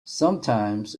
sometimes